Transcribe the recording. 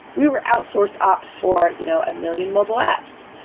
we were outsourced ops for you know a million mobile apps.